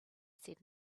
said